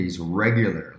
regularly